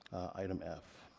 item f.